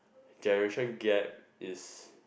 generation gap is